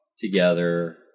together